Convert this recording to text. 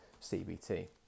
CBT